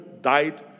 died